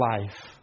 life